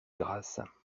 grâces